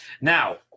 Now